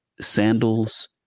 Sandals